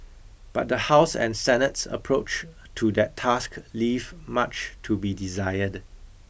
but the House and Senate's approach to that task leave much to be desired